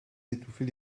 d’étouffer